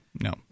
no